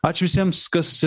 ačiū visiems kas